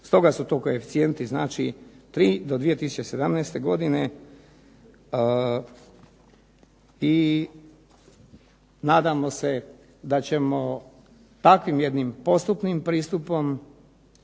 Stoga su tu koeficijenti znači 3 do 2017. godine, i nadamo se da ćemo takvim jednim postupnim pristupom